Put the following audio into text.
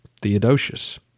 Theodosius